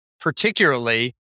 particularly